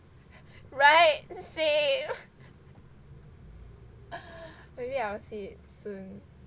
[right] same maybe I will see it soon